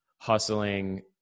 hustling